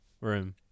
room